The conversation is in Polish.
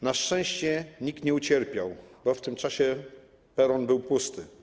Na szczęście nikt nie ucierpiał, bo w tym czasie peron był pusty.